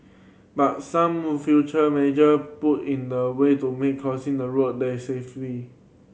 but some future measure put in the way to make crossing the road there safety